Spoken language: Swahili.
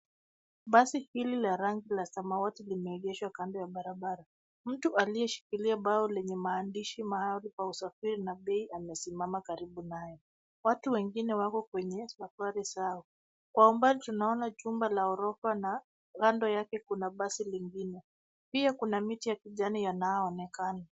Basi hili la rangi la samawati limeegeshwa kando ya barabara. Mtu aliyeshikilia mbao lenye maandishi maalum ya usafiri na bei amesimama karibu naye. Watu wengine wako kwenye safari zao. Kwa umbali tunaona jumba la ghorofa na kando yake kuna basi lingine. Pia kuna miti ya kijani yanayoonekana.